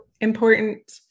important